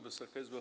Wysoka Izbo!